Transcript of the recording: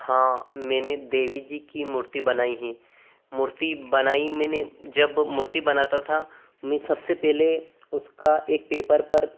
हाँ मैंने देवी जी की मूर्ति बनाई है मूर्ति बनाई मैंने जब मूर्ति बनाता था मैं सबसे पहले उसका एक पेपर पर